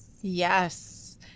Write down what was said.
Yes